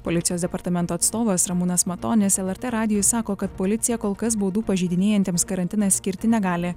policijos departamento atstovas ramūnas matonis lrt radijui sako kad policija kol kas baudų pažeidinėjantiems karantiną skirti negali